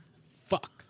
Fuck